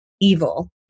evil